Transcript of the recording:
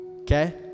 okay